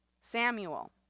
Samuel